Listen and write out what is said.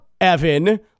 Evan